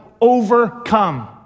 overcome